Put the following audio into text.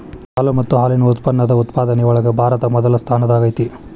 ಹಾಲು ಮತ್ತ ಹಾಲಿನ ಉತ್ಪನ್ನದ ಉತ್ಪಾದನೆ ಒಳಗ ಭಾರತಾ ಮೊದಲ ಸ್ಥಾನದಾಗ ಐತಿ